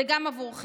זה גם עבורכם.